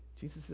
Jesus